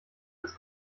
als